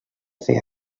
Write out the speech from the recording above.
fer